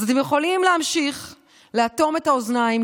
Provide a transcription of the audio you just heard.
אז אתם יכולים להמשיך לאטום את האוזניים,